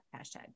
hashtag